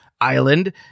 Island